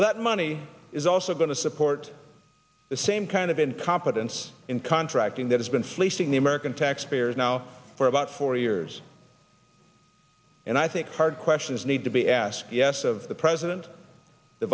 that money is also going to support the same kind of incompetence in contracting that has been fleecing the american taxpayers now for about four years and i think hard questions need to be asked yes of the president the